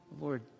Lord